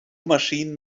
maschinen